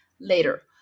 later